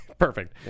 perfect